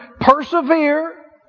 Persevere